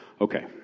Okay